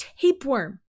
tapeworm